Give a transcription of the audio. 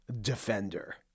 Defender